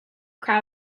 crowd